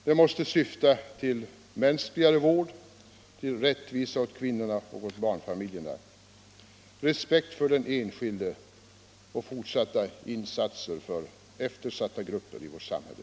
Det måste syfta till mänskligare vård, rättvisa åt kvinnorna och åt barnfa miljerna, respekt för den enskilde och fortsatta insatser för eftersatta grupper i vårt samhälle.